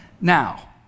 now